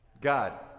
God